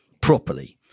properly